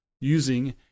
using